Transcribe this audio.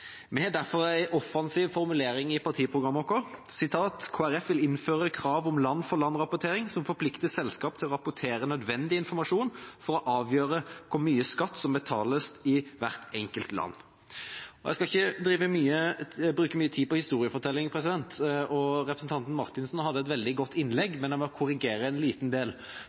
Vi har derfor en offensiv formulering i partiprogrammet vårt: «KrF vil innføre krav om land-for-land-rapportering som forplikter selskaper til å oppgi nødvendig informasjon for å avgjøre hvor mye skatt som betales i hvert enkelt land.» Jeg skal ikke bruke mye tid på historiefortelling, men jeg må korrigere representanten Marthinsen, som hadde et veldig godt innlegg,